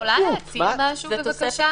אני יכולה להציג משהו, בבקשה?